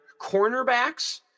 cornerbacks